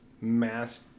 mass